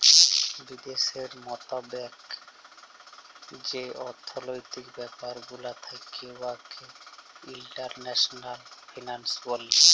বিদ্যাশের মতাবেক যে অথ্থলৈতিক ব্যাপার গুলা থ্যাকে উয়াকে ইল্টারল্যাশলাল ফিল্যাল্স ব্যলে